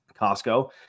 Costco